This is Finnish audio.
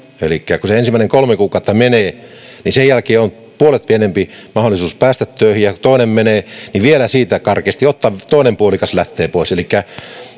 kun se ensimmäinen kolme kuukautta menee niin sen jälkeen on puolet pienempi mahdollisuus päästä töihin ja kun toinen menee niin siitä vielä karkeasti ottaen toinen puolikas lähtee pois elikkä